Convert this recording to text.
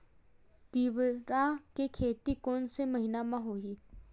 तीवरा के खेती कोन से महिना म होही?